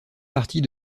partie